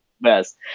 best